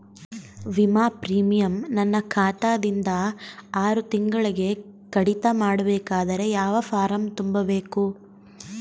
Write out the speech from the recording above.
ವಿಮಾ ಪ್ರೀಮಿಯಂ ನನ್ನ ಖಾತಾ ದಿಂದ ಆರು ತಿಂಗಳಗೆ ಕಡಿತ ಮಾಡಬೇಕಾದರೆ ಯಾವ ಫಾರಂ ತುಂಬಬೇಕು?